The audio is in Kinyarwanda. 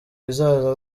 bizaza